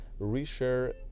reshare